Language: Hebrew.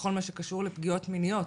בכל מה שקשור בפגיעות מיניות.